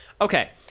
Okay